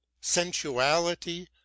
sensuality